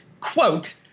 quote